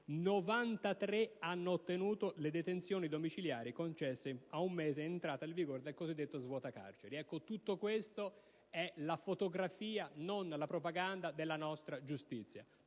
93 hanno ottenuto le detenzioni domiciliari, a un mese dall'entrata in vigore del cosiddetto svuota-carceri. Questa è la fotografia, e non la propaganda della nostra giustizia.